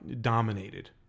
dominated